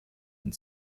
and